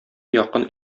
якын